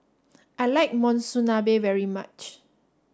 I like Monsunabe very much